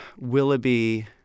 Willoughby